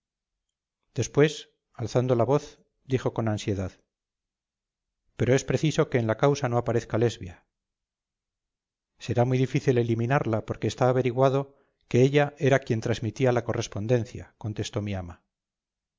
después alzando la voz dijo con ansiedad pero es preciso que en la causa no aparezca lesbia será muy difícil eliminarla porque está averiguado que ella era quien trasmitía la correspondencia contestó mi ama